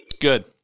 Good